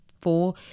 Four